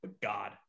god